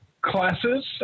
classes